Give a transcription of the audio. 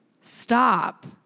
Stop